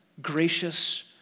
gracious